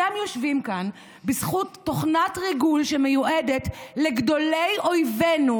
אתם יושבים כאן בזכות תוכנת ריגול שמיועדת לגדולי אויבינו,